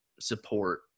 support